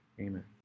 amen